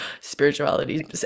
spirituality